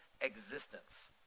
existence